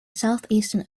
southeastern